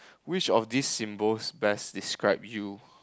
which of these symbols best describe you